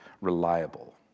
reliable